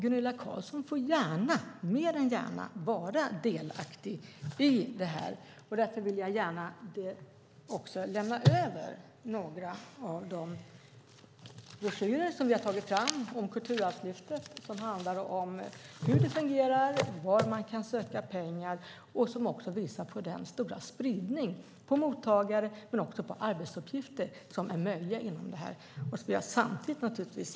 Gunilla Carlsson får mer än gärna vara delaktig i detta. Därför vill jag gärna lämna över några av de broschyrer om Kulturarvslyftet som vi har tagit fram. De handlar om hur det fungerar och var man kan söka pengar, och de visar också på den stora spridning när det gäller mottagare och arbetsuppgifter som är möjlig inom detta.